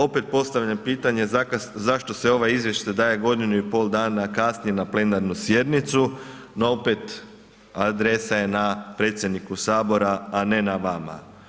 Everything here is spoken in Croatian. Opet postavljam pitanje zašto se ovaj izvještaj daje godinu i pol dana kasnije na plenarnu sjednicu no opet, adresa je na Predsjedniku Sabora a ne na vama.